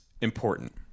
important